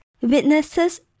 witnesses